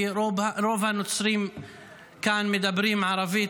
כי רוב הנוצרים כאן מדברים ערבית,